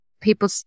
people